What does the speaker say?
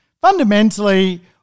Fundamentally